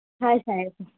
હા સાહેબ